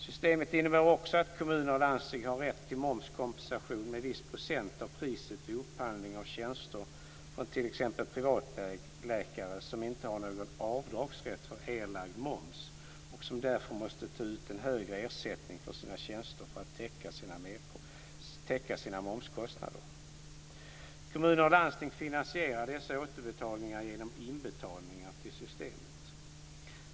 Systemet innebär också att kommuner och landsting har rätt till momskompensation med viss procent av priset vid upphandling av tjänster från t.ex. privattandläkare som inte har någon avdragsrätt för erlagd moms och som därför måste ta ut en högre ersättning för sina tjänster för att täcka sina momskostnader. Kommunerna och landstingen finansierar dessa återbetalningar genom inbetalningar till systemet.